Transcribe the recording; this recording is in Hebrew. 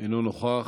אינו נוכח.